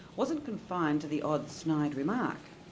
wasn't confined to the odd snide remark,